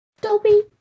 Dobby